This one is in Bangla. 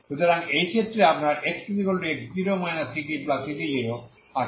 সুতরাং এই ক্ষেত্রে আপনার xx0 ctct0আছে